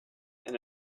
and